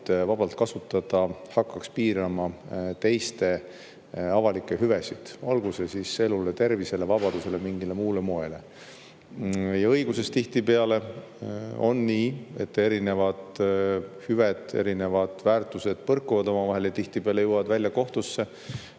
vabalt kasutada hakkaks piirama teiste avalikke hüvesid, olgu see siis elu, tervis, vabadus, või mingil muul moel. Õiguses tihtipeale on nii, et eri hüved ja väärtused põrkuvad omavahel, ja tihtipeale jõuavad need välja kohtusse,